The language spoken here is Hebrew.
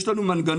יש לנו מנגנון.